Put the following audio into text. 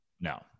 No